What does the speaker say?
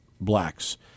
blacks